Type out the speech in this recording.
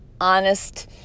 honest